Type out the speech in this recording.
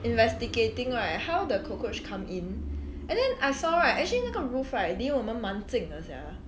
investigating right how the cockroach come in and then I saw right actually 那个 roof right 里我们蛮近的 sia